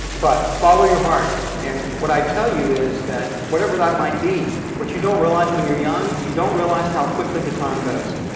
but follow your heart. and what i tell you is that whatever that might be, what you don't realize when you're young, you don't realize how quickly the time goes.